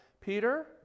Peter